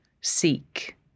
seek